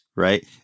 Right